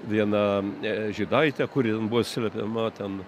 viena žydaitė kuri buvo slepiama ten